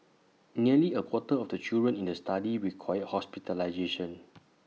nearly A quarter of the children in the study required hospitalisation